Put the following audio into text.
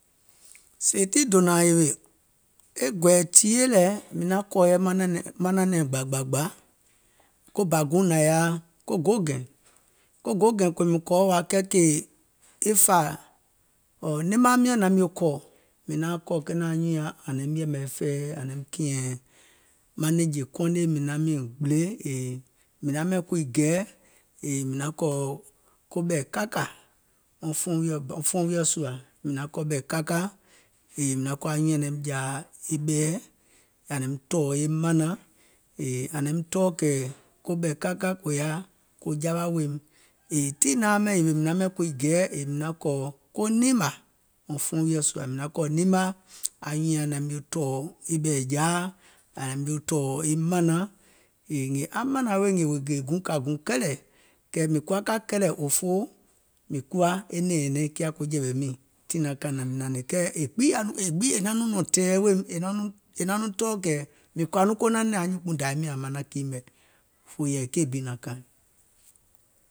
Sèè tii dònȧȧŋ yèwè, e gɔ̀ɛ̀ɛ̀ tìyèe lɛɛ̀ mìŋ naŋ kɔ̀ yɛi maŋ nanɛ̀ŋ gbȧ gbȧ gbȧ, ko bȧ guùŋ nȧŋ yaȧ ko googɛ̀ɛ̀ŋ, ko googɛ̀ɛ̀ŋ kòò mìŋ kɔ̀ɔ̀ wa, kɛɛ kèè e fà nemaaŋ miɔ̀ŋ naŋ mio kɔɔ̀, mìŋ naaŋ kɔ̀ kenȧŋ anyùùŋ nyaŋ ȧŋ naim yɛ̀mɛ̀ fɛ̀ɛ̀ ȧŋ naim kìɛ̀ŋ maŋ nɛ̀ŋjè kɔnè mìŋ naŋ miŋ gbìlè yèè mìŋ naŋ ɓɛìŋ kuii gɛɛ̀ yèè mìŋ naŋ kɔ̀ koɓɛ̀ kakȧ, wɔŋ fuɔŋ wiɔ̀ sùà, mìŋ naŋ kɔ̀ ɓɛ̀ kakȧ yèè mìŋ naŋ kɔ̀ anyùùŋ nyaŋ naim jȧȧ e ɓɛ̀ɛ yèè ȧŋ naim tɔ̀ɔ̀ e mȧnaŋ, yèè ȧŋ naim tɔɔ̀ kɛ̀ koɓɛ̀ kakȧ kò yaȧ ko jawa weèim, yèè tii naaŋ ɓɛìŋ yèwè mìŋ naŋ kuii gɛɛ̀ mìŋ naŋ kɔ̀ ko nimɓȧ, wɔŋ fuɔŋ wiɔ̀ sùȧ, mìŋ naŋ kɔ̀ ko nimɓȧ anyùùŋ nyaŋ naŋ mio tɔ̀ɔ̀ e ɓɛ̀ɛ̀jȧa, ȧŋ mio tɔ̀ɔ̀ e mànaŋ, yèè aŋ manȧŋ wèè ngèè guùŋ ka kɛlɛ̀, kɛɛ mìŋ kuwa ka kɛlɛ̀ òfoo mìŋ kuwa e nɛ̀ŋ nyɛ̀nɛŋ kiȧ ko jɛ̀wɛ̀ miìŋ, tiŋ naŋ kanaŋ mìŋ naŋ hnè, kɛɛ e gbiŋ naŋ nɔŋ, e gbiŋ yaȧ tɛ̀ɛ̀ weèim, è naŋ nɔŋ kɛ̀ mìŋ kɔ̀ȧ nɔŋ ko nanɛ̀ŋ anyuùnkpùuŋ dȧwiim nyȧŋ ȧŋ manaŋ kii mɛ̀, soo yɛ̀ì keì bi naŋ kaaìŋ.